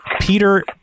Peter